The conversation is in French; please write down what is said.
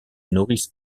nourrissent